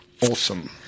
Awesome